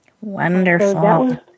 Wonderful